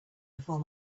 before